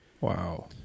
Wow